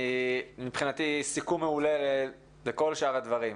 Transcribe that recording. ומבחינתי היא סיכום לכל שאר הדברים.